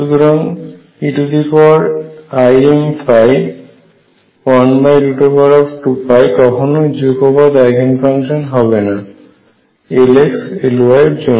সুতরাং eimϕ 12 কখনোই যুগপৎ আইগেন ফাংশন হবে না Lx এবং Ly এর জন্য